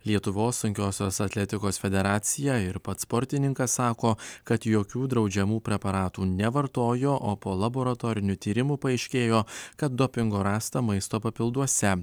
lietuvos sunkiosios atletikos federacija ir pats sportininkas sako kad jokių draudžiamų preparatų nevartojo o po laboratorinių tyrimų paaiškėjo kad dopingo rasta maisto papilduose